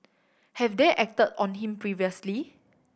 have they acted on him previously